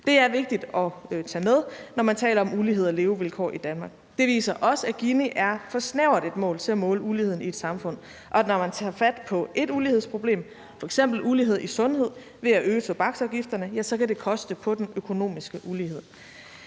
Det er vigtigt at tage med, når man taler om ulighed og levevilkår i Danmark. Det viser også, at Ginikoefficienten er for snævert et mål til at måle uligheden i et samfund. Og når man tager fat på ét ulighedsproblem, f.eks. ulighed i sundhed, ved at øge tobaksafgifterne, ja, så kan det koste på den økonomiske ulighed.